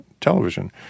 television